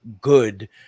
good